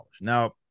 Now